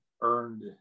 earned